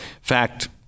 fact